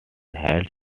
held